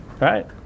right